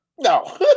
No